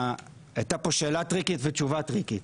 הייתה פה שאלה טריקית ותשובה טריקית,